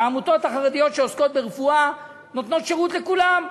והעמותות החרדיות שעוסקות ברפואה נותנות שירות לכולם: